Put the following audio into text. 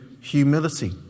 humility